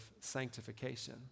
sanctification